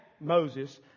Moses